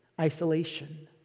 isolation